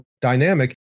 dynamic